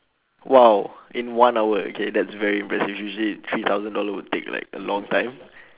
!wow! in one hour okay that's very impressive usually three thousand dollar would take like a long time